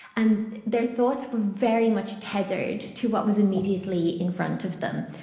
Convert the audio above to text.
and their thoughts were very much tethered to what was immediately in front of them.